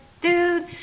Dude